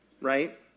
right